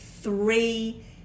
three